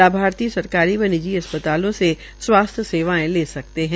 लाभार्थी सरकारी व निजी अस्पतालों से स्वास्थ्य सेवायें ले सकते है